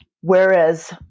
Whereas